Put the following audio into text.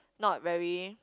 not very